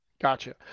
Gotcha